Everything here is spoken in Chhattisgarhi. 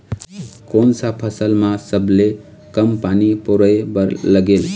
कोन सा फसल मा सबले कम पानी परोए बर लगेल?